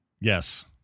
Yes